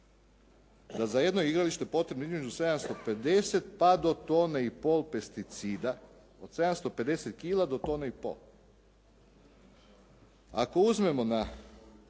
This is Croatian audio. je za jedno igralište potrebno između 750 pa do tone i pol pesticida, od 750 kila do tone i pol. Ako uzmemo na